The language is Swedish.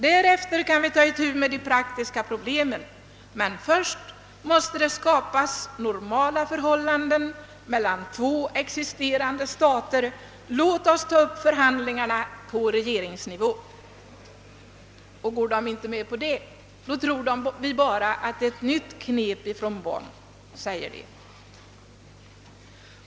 Först då det skapats normala förhållanden mellan två existerande stater kan man ta itu med de praktiska problemen. I Östtyskland säger man: Låt oss ta upp förhandlingar på regeringsnivå. Går man i Västtyskland inte med på det, så tror vi bara att detta är ett nytt knep från Bonn.